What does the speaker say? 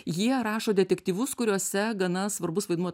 jie rašo detektyvus kuriuose gana svarbus vaidmuo